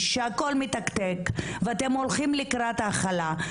שהכול מתקתק ואתם הולכים לקראת החלה.